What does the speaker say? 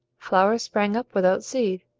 flowers sprang up without seed,